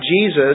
Jesus